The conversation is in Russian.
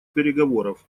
переговоров